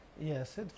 Yes